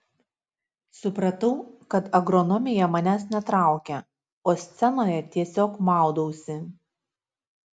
supratau kad agronomija manęs netraukia o scenoje tiesiog maudausi